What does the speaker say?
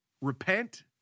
repent